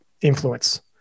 influence